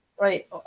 Right